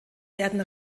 werden